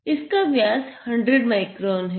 इसका व्यास 100 माइक्रोन है